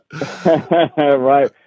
Right